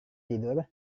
tidur